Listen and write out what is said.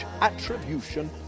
attribution